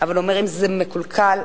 אבל אומרים: אם זה לא מקולקל,